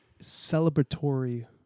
celebratory